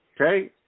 Okay